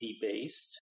debased